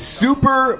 super